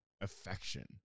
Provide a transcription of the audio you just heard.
affection